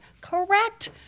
correct